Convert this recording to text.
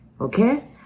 Okay